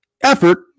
Effort